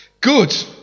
Good